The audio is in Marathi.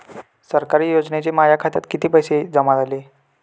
सरकारी योजनेचे माझ्या खात्यात किती पैसे जमा झाले?